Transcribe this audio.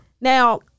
Now